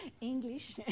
English